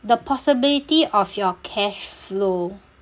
the possibility of your cash flow